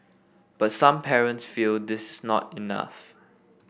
but some parents feel this is not enough